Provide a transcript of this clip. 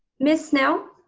ms. snell?